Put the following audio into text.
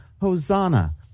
Hosanna